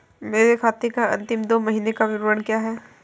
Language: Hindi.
मेरे खाते का अंतिम दो महीने का विवरण क्या है?